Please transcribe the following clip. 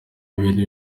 ibintu